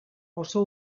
oso